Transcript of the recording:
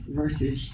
versus